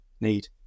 need